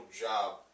job